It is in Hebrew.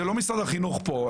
זה לא משרד החינוך פה,